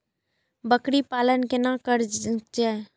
बकरी पालन केना कर जाय?